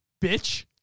Bitch